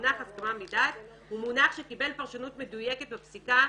המונח הסכמה מדעת הוא מונח שקיבל פרשנות מדויקת בפסיקה,